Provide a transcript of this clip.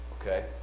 Okay